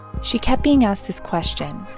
she kept being asked this question,